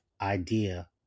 idea